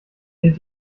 hält